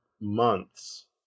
months